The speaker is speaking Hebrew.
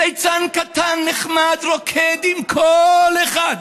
ליצן קטן נחמד, רוקד עם כל אחד".